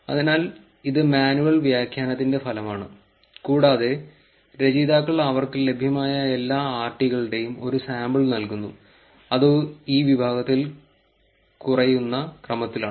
അതിനാൽ ഇത് മാനുവൽ വ്യാഖ്യാനത്തിന്റെ ഫലമാണ് കൂടാതെ രചയിതാക്കൾ അവർക്ക് ലഭ്യമായ എല്ലാ ആർടികളുടെയും ഒരു സാമ്പിൾ നൽകുന്നു അത് ഈ വിഭാഗത്തിൽ കുറയുന്ന ക്രമത്തിലാണ്